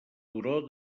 turó